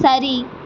சரி